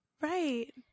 Right